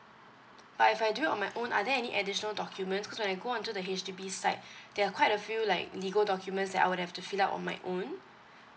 but if I do it on my own are there any additional documents cause when I go on to the H_D_B site there are quite a few like legal documents that I would have to fill up on my own